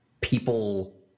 people